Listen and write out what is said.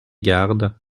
gardes